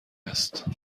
است